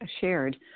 shared